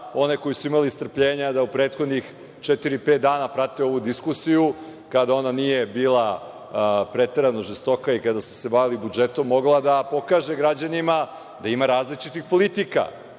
one koji su imali strpljenja da u prethodnih četiri, pet dana prate ovu diskusiju, kada ona nije bila preterano žestoka i kada smo se bavili budžetom, mogla da pokaže građanima da ima različitih politika